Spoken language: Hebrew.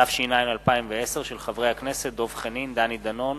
התש”ע 2010, מאת חברי הכנסת דב חנין, דני דנון